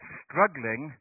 struggling